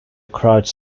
crouch